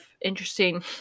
interesting